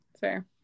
fair